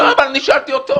לא, אבל אני שאלתי אותו.